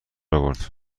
آورد